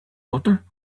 butter